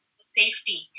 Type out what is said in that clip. safety